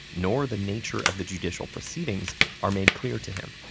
nor the nature of the judicial proceedings are made clear to him.